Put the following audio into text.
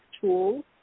tools